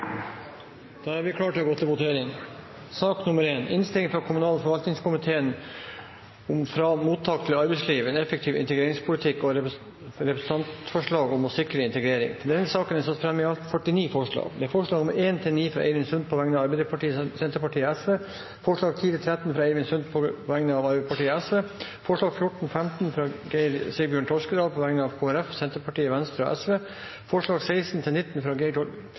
Da er vi klare til å gå til votering. Under debatten er det satt fram i alt 49 forslag. Det er forslagene nr. 1–9, fra Eirin Sund på vegne av Arbeiderpartiet, Senterpartiet og Sosialistisk Venstreparti forslagene nr. 10–13, fra Eirin Sund på vegne av Arbeiderpartiet og Sosialistisk Venstreparti forslagene nr. 14 og 15, fra Geir Sigbjørn Toskedal på vegne av Kristelig Folkeparti, Senterpartiet, Venstre og Sosialistisk Venstreparti forslagene nr. 16–19, fra Geir